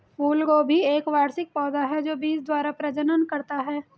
फूलगोभी एक वार्षिक पौधा है जो बीज द्वारा प्रजनन करता है